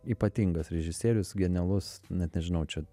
ypatingas režisierius genialus net nežinau čia